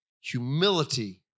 humility